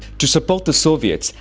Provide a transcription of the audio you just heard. to support the soviets,